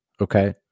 Okay